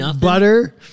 butter